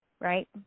right